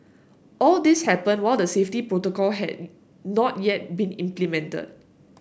all this happened while the safety protocol had not yet been implemented